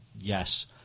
yes